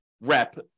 rep